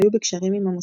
היו בקשרים עם המוסד.